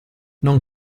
non